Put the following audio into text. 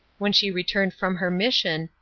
when she returned from her mission,